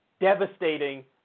Devastating